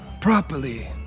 properly